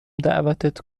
دعوتت